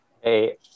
Hey